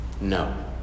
no